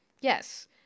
Yes